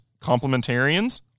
complementarians